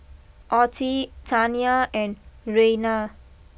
Ottie Taniya and Rayna